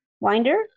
Winder